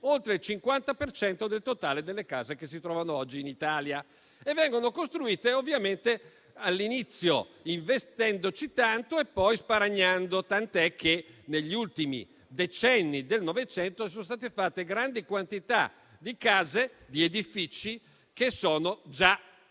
per cento del totale delle case che si trovano oggi in Italia e vengono costruite, ovviamente, all'inizio investendoci tanto e poi "sparagnando", tant'è che negli ultimi decenni del Novecento sono state fatte grandi quantità di case ed edifici che sarebbero già